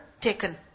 taken